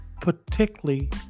particularly